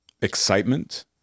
excitement